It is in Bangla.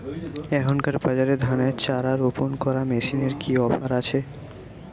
এখনকার বাজারে ধানের চারা রোপন করা মেশিনের কি অফার আছে?